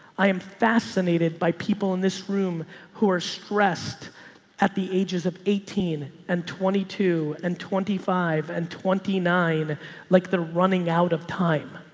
i am fascinated by people in this room who are stressed at the ages of eighteen and twenty two and twenty five and twenty nine like they're running out of time.